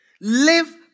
Live